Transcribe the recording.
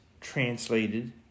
translated